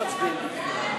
התשע"ה 2015,